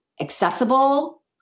accessible